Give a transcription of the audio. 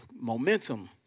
momentum